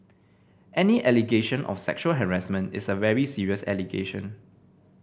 any allegation of sexual harassment is a very serious allegation